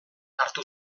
hartu